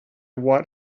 what